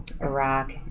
Iraq